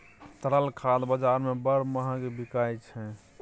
तरल खाद बजार मे बड़ महग बिकाय छै